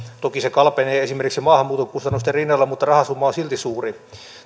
toki se kalpenee esimerkiksi maahanmuuton kustannusten rinnalla mutta rahasumma on silti suuri